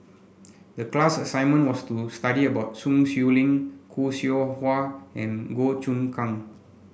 the class assignment was to study about Sun Xueling Khoo Seow Hwa and Goh Choon Kang